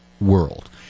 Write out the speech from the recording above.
world